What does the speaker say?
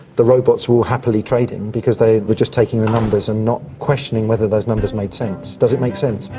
the robots were all happily trading because they were just taking the numbers and not questioning whether those numbers made sense does it make sense?